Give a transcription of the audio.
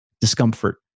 discomfort